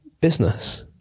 business